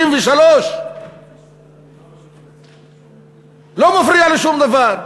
1963. לא מפריע לשום דבר.